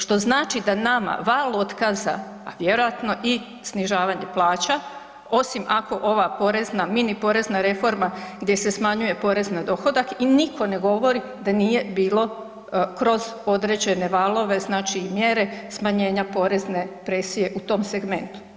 Što znači da nama val otkaza, vjerojatno i snižavanje plaća osim ako ova porezna mini porezna reforma gdje se smanjuje porez na dohodak i nitko ne govori da nije bilo kroz određene valove znači i mjere smanjenja porezne presije u tom segmentu.